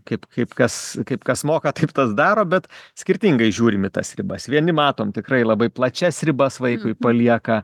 kaip kaip kas kaip kas moka taip tas daro bet skirtingai žiūrim į tas ribas vieni matom tikrai labai plačias ribas vaikui palieka